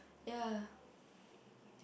ya